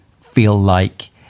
feel-like